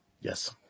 Yes